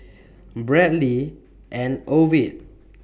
Bradley and Ovid